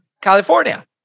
California